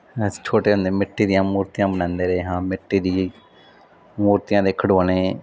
ਅਸੀਂ ਛੋਟੇ ਹੁੰਦੇ ਮਿੱਟੀ ਦੀਆਂ ਮੂਰਤੀਆਂ ਬਣਾਉਂਦੇ ਰਹੇ ਹਾਂ ਮਿੱਟੀ ਦੀਆਂ ਮੂਰਤੀਆਂ ਦੇ ਖਿਡੌਣੇ